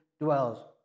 dwells